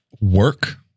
work